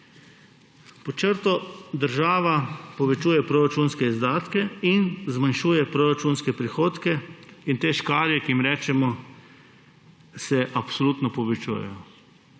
Pod črto. Država povečuje proračunske izdatke in zmanjšuje proračunske prihodke. Te škarje, kot jim rečemo, se absolutno povečujejo.